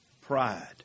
pride